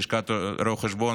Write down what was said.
ללשכת רואי החשבון,